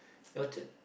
Orchard